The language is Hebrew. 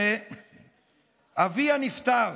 במרץ 2019 אביה נפטר,